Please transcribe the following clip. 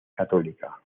católica